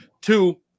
Two